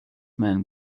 men